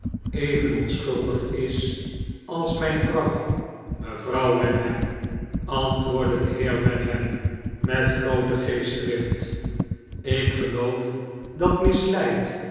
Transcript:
even onschuldig is als mijnvrouw mevrouw wenham antwoordde de heer wenham met groote geestdrift ik geloof dat misleid